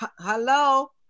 Hello